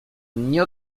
nie